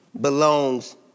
belongs